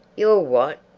you're what?